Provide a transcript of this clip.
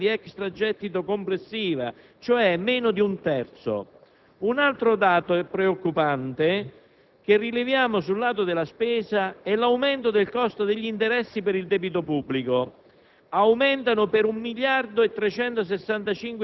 2 miliardi e 365 milioni della quota di extragettito complessiva, cioè meno di un terzo. Un altro dato preoccupante, rilevato sul lato della spesa, è l'aumento del costo degli interessi per il debito pubblico,